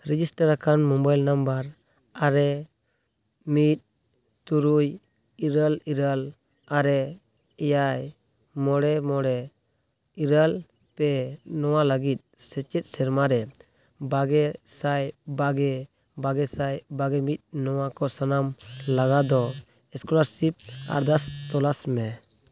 ᱨᱮᱡᱤᱥᱴᱟᱨᱟᱠᱟᱱ mobile number ᱟᱨᱮ ᱢᱤᱫ ᱛᱩᱨᱩᱭ ᱤᱨᱟᱹᱞ ᱤᱨᱟᱹᱞ ᱟᱨᱮ ᱮᱭᱟᱭ ᱢᱚᱬᱮ ᱢᱚᱬᱮ ᱤᱨᱟᱹᱞ ᱯᱮ ᱱᱚᱣᱟ ᱞᱟᱹᱜᱤᱫ ᱥᱮᱪᱮᱫ ᱥᱮᱨᱢᱟᱨᱮ ᱵᱟᱜᱮ ᱥᱟᱭ ᱵᱟᱜᱮ ᱵᱟᱜᱮ ᱥᱟᱭ ᱵᱟᱜᱮ ᱢᱤᱫ ᱱᱚᱣᱟ ᱠᱚ ᱥᱟᱱᱟᱢ ᱞᱟᱜᱟᱣ ᱫᱚ ᱥᱠᱚᱞᱟᱨᱥᱤᱯ ᱟᱨᱫᱟᱥ ᱛᱚᱞᱟᱥ ᱢᱮ